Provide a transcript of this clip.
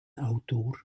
autor